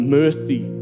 mercy